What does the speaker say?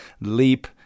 leap